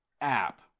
app